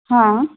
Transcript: हां